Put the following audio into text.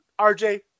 RJ